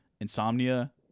Insomnia